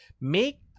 make